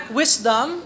wisdom